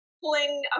pulling